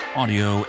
audio